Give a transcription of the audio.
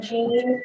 Jean